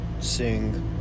sing